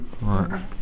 Right